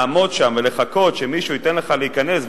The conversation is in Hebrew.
לעמוד שם ולחכות שמישהו ייתן לך להיכנס,